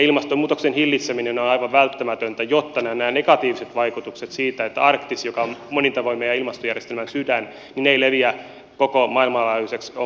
ilmastonmuutoksen hillitseminen on aivan välttämätöntä jotta nämä negatiiviset vaikutukset siitä mitä tapahtuu arktiksella joka on monin tavoin meidän ilmastojärjestelmän sydän eivät leviä koko maailman laajuiseksi ongelmaksi